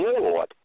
Lord